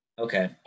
Okay